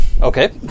Okay